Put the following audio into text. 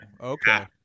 okay